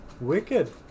wicked